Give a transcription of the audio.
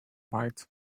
bite